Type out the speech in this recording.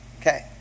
Okay